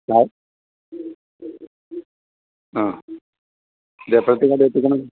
ചായ ആ ഇത് എപ്പോഴത്തേക്ക് അവിടെ എത്തിക്കണം